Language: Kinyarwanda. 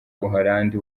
buholandi